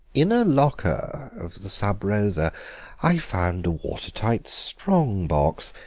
in a locker of the sub-rosa i found a water-tight strong-box.